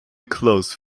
close